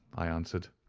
i answered,